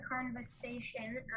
conversation